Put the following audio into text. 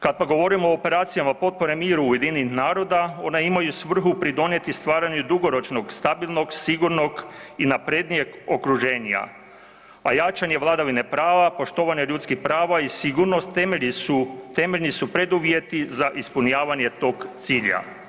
Kada govorimo o operacijama potpore miru UN-a one imaju svrhu pridonijeti stvaranju dugoročnog stabilnog, sigurnog i naprednijeg okruženja, a jačanje vladavine prava, poštovanje ljudskih prava i sigurnost temeljni su preduvjeti za ispunjavanje tog cilja.